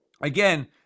again